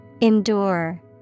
Endure